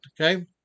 Okay